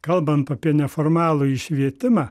kalbant apie neformalųjį švietimą